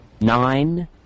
nine